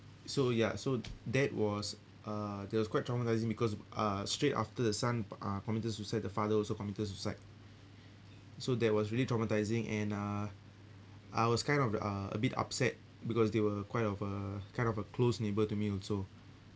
so ya so that was uh that was quite traumatising because uh straight after the son uh committed suicide the father also committed suicide so that was really traumatising and uh I was kind of uh a bit upset because they were quite of a kind of a close neighbour to me also